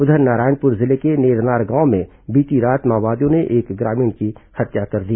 उधर नारायणपुर जिले के नेरनार गांव में बीती रात माओवादियों ने एक ग्रामीण की हत्या कर दी